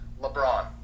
LeBron